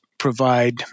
provide